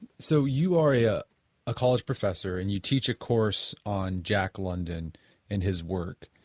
so, you are a ah a college professor and you teach a course on jack london and his work,